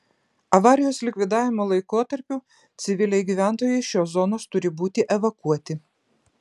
avarijos likvidavimo laikotarpiu civiliai gyventojai iš šios zonos turi būti evakuoti